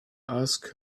asked